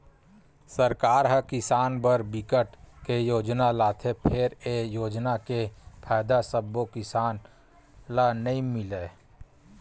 सरकार ह किसान बर बिकट के योजना लाथे फेर ए योजना के फायदा सब्बो किसान ल नइ मिलय